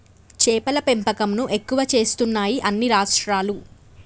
చేపల పెంపకం ను ఎక్కువ చేస్తున్నాయి అన్ని రాష్ట్రాలు